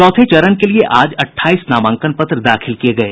चौथे चरण के लिये आज अठाईस नामांकन पत्र दाखिल किये गये